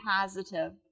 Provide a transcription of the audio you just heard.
positive